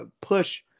push